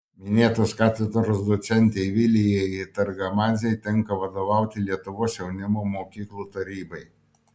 minėtos katedros docentei vilijai targamadzei tenka vadovauti lietuvos jaunimo mokyklų tarybai